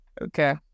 okay